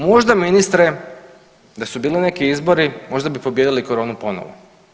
Možda, ministre, da su bili neki izbori, možda bi pobijedili koronu ponovo.